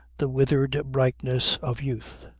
the withered brightness of youth,